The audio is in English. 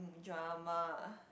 drama